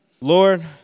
Lord